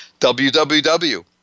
WWW